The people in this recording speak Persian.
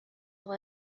اقا